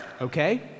Okay